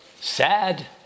Sad